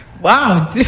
Wow